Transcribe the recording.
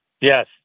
Yes